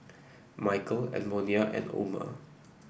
Mykel Edmonia and Omer